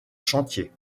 chantier